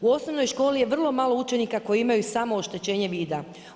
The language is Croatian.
U osnovnoj školi je vrlo malo učenika koji imaju samo oštećenje vida.